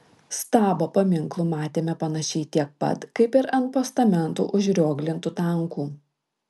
stabo paminklų matėme panašiai tiek pat kaip ir ant postamentų užrioglintų tankų